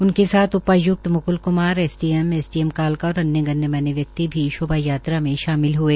उनक साथ उपायुक्त Mukul Kumar S D M S D M कालका और अन्य गणमान्य व्यक्ति भी शोभा यात्रा में शामिल हुए